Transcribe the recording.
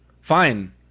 Fine